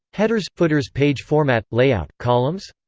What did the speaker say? headers footers page format layout columns?